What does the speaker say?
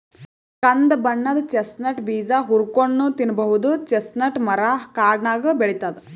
ಕಂದ್ ಬಣ್ಣದ್ ಚೆಸ್ಟ್ನಟ್ ಬೀಜ ಹುರ್ಕೊಂನ್ಡ್ ತಿನ್ನಬಹುದ್ ಚೆಸ್ಟ್ನಟ್ ಮರಾ ಕಾಡ್ನಾಗ್ ಬೆಳಿತದ್